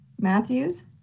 Matthews